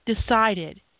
decided